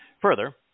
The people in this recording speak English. Further